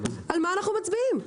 על מה אנחנו מצביעים?